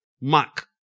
Mark